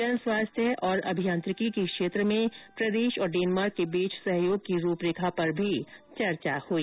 जन स्वास्थ्य और अभियांत्रिकी के क्षेत्र में राजस्थान तथा डेनमार्क के बीच सहयोग की रूपरेखा पर भी चर्चा हुई